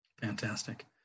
fantastic